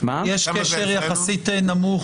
יש קשר יחסית נמוך.